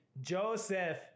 Joseph